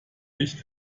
nicht